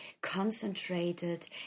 concentrated